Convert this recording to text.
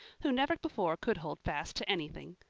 who never before could hold fast to anything.